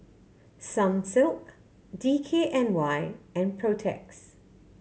Sunsilk D K N Y and Protex